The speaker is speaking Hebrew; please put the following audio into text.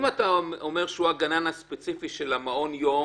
אם אתה אומר שהוא הגנן הספציפי של מעון היום,